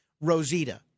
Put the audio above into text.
Rosita